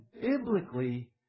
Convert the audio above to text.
biblically